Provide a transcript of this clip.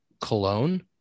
Cologne